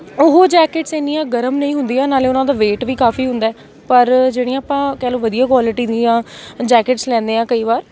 ਉਹ ਜੈਕਿਟਸ ਇੰਨੀਆਂ ਗਰਮ ਨਹੀਂ ਹੁੰਦੀਆਂ ਨਾਲੇ ਉਹਨਾਂ ਦਾ ਵੇਟ ਵੀ ਕਾਫੀ ਹੁੰਦਾ ਹੈ ਪਰ ਜਿਹੜੀਆਂ ਆਪਾਂ ਕਹਿ ਲਉ ਵਧੀਆ ਕੁਆਲਿਟੀ ਦੀਆਂ ਜੈਕਿਟਸ ਲੈਂਦੇ ਹਾਂ ਕਈ ਵਾਰ